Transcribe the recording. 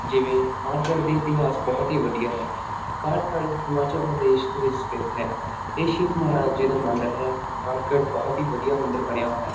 ਜਿਵੇਂ ਕਾਠਗੜ ਦੇ ਇਤਿਹਾਸ ਬਹੁਤ ਹੀ ਵਧੀਆ ਹੈ ਕਾਠਗੜ ਹਿਮਾਚਲ ਪ੍ਰਦੇਸ਼ ਦੇ ਵਿੱਚ ਸਥਿਤ ਹੈ ਇਹ ਸ਼ਿਵ ਮਹਾਰਾਜ ਜੀ ਦਾ ਮੰਦਰ ਹੈ ਕਾਠਗੜ ਬਹੁਤ ਹੀ ਵਧੀਆ ਮੰਦਰ ਬਣਿਆ ਹੋਇਆ